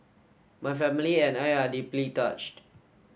my family and I are deeply touched